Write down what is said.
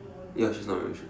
ya she's not wearing shoes